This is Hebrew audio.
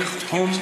גמר.